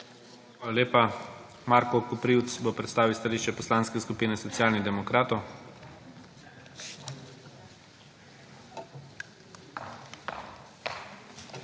lepa. Marko Koprivc bo predstavil stališče Poslanske skupine Socialnih demokratov.